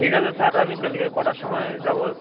ঠিক আছে স্যার আমি কালকে কটার সমায় যাবো